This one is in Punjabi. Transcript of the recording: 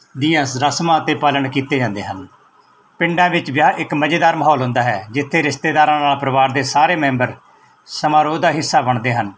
ਦੀਆਂ ਰਸਮਾਂ ਅਤੇ ਪਾਲਣ ਕੀਤੇ ਜਾਂਦੇ ਹਨ ਪਿੰਡਾਂ ਵਿੱਚ ਵਿਆਹ ਇੱਕ ਮਜ਼ੇਦਾਰ ਮਾਹੌਲ ਹੁੰਦਾ ਹੈ ਜਿੱਥੇ ਰਿਸ਼ਤੇਦਾਰਾਂ ਨਾਲ ਪਰਿਵਾਰ ਦੇ ਸਾਰੇ ਮੈਂਬਰ ਸਮਾਰੋਹ ਦਾ ਹਿੱਸਾ ਬਣਦੇ ਹਨ